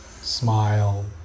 smile